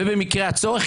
ובמקרה הצורך,